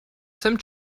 some